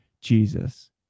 Jesus